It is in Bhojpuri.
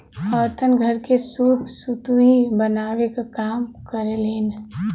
औरतन घर के सूप सुतुई बनावे क काम करेलीन